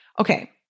Okay